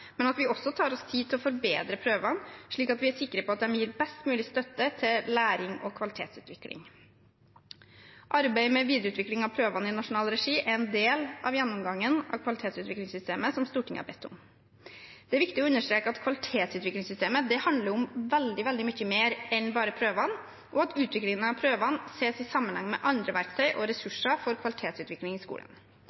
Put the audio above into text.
men at vi også tar oss tid til å forbedre prøvene slik at vi er sikre på at de gir best mulig støtte til læring og kvalitetsutvikling. Arbeidet med videreutvikling av prøvene i nasjonal regi er en del av gjennomgangen av kvalitetsvurderingssystemet som Stortinget har bedt om. Det er viktig å understreke at kvalitetsvurderingssystemet handler om veldig mye mer enn bare prøvene, og at utviklingen av prøvene ses i sammenheng med andre verktøy og